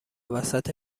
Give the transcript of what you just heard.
وسط